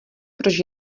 proč